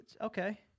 Okay